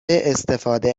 استفاده